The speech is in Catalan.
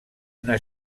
una